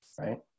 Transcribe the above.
Right